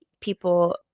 people